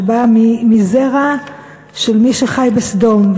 שבאה מזרע של מי שחי בסדום,